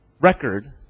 record